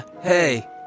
hey